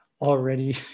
already